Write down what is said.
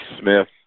Smith